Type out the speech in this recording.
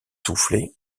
soufflé